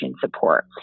support